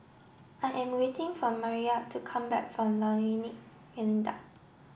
I am waiting for Mariyah to come back from Lornie Viaduct